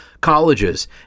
colleges